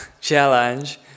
challenge